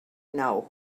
know